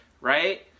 right